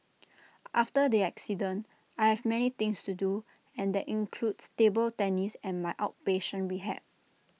after the accident I have many things to do and that includes table tennis and my outpatient rehab